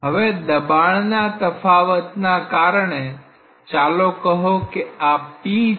હવે દબાણના તફાવતના કારણે ચાલો કહો કે આ p છે